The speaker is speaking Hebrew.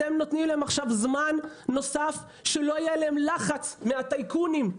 אתם נותנים להם עכשיו זמן נוסף שלא יהיה עליהם לחץ נוסף מהטייקונים.